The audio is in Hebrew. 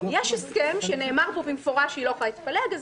יש הסכם שנאמר פה במפורש שהיא לא יכולה להתפלג.